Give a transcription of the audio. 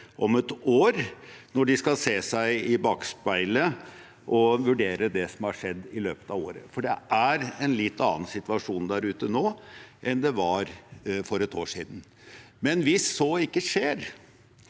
om et år, når de skal se i bakspeilet og vurdere det som har skjedd i løpet av året, for det er en litt annen situasjon der ute nå enn det var for et år siden. Men hvis så ikke skjer,